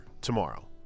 tomorrow